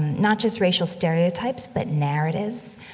not just racial stereotypes, but narratives,